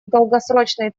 долгосрочной